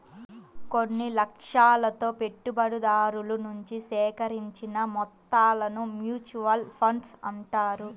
కొన్ని లక్ష్యాలతో పెట్టుబడిదారుల నుంచి సేకరించిన మొత్తాలను మ్యూచువల్ ఫండ్స్ అంటారు